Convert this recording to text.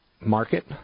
market